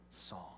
Song